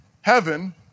Heaven